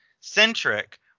centric